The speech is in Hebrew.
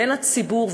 בין הציבור,